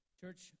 Church